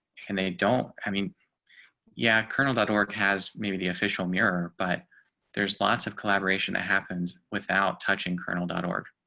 and they don't have mean yeah kernel dot org has maybe the official mirror but there's lots of collaboration that happens without touching kernel dot org